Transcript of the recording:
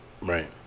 Right